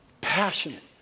passionate